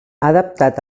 adaptat